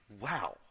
Wow